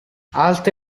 alte